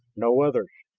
no others,